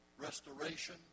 restoration